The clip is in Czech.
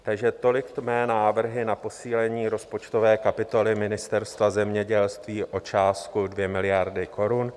Takže tolik mé návrhy na posílení rozpočtové kapitoly Ministerstva zemědělství o částku 2 miliardy korun.